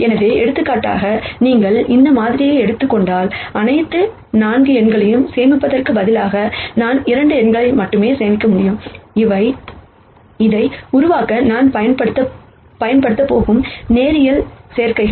எனவே எடுத்துக்காட்டாக நீங்கள் இந்த மாதிரியை எடுத்துக் கொண்டால் அனைத்து 4 எண்களையும் சேமிப்பதற்கு பதிலாக நான் 2 எண்களை மட்டுமே சேமிக்க முடியும் அவை இதை உருவாக்க நான் பயன்படுத்தப் போகும் லீனியர் காம்பினேஷன்